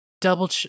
double